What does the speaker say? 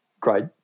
great